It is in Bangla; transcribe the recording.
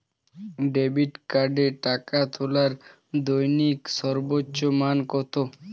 ডেবিট কার্ডে টাকা তোলার দৈনিক সর্বোচ্চ মান কতো?